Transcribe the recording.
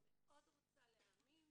אני מאוד רוצה להאמין